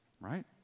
right